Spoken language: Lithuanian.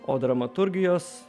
o dramaturgijos